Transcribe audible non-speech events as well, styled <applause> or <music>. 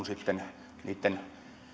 <unintelligible> sitten niitten